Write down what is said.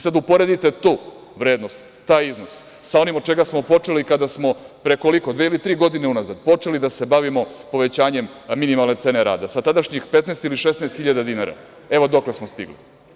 Sad, uporedite tu vrednost, taj iznos sa onim od čega smo počeli kada smo pre, koliko, dve ili tri godine unazad, počeli da se bavimo povećanjem minimalne cene rada, sa tadašnjih 15 ili 16 hiljada dinara, evo dokle smo stigli.